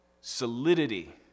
Solidity